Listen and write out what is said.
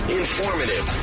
informative